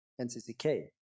NCCK